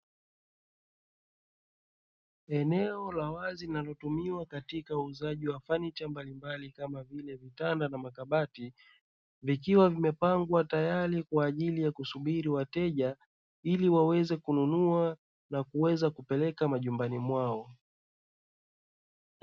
Eneo la wazi na linalotumiwa katika uuzaji wa fanicha mbalimbali kama vile vitanda na makabati. Likiwa vimepangwa tayari kwa ajili ya kusubiri wateja ili waweze kununua na kuweza kupeleka majumbani mwao.